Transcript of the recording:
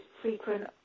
frequent